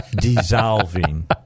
Dissolving